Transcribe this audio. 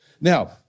Now